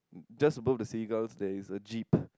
just above the seagull there is a jeep